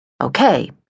Okay